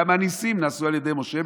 גם הניסים נעשו על ידי משה,